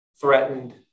threatened